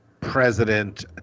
president